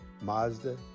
Mazda